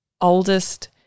oldest